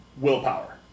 willpower